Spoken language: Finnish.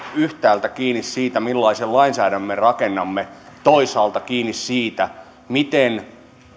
yhtäältä kiinni siitä millaisen lainsäädännön me rakennamme toisaalta kiinni siitä miten